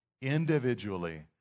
individually